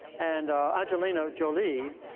and angelina jolie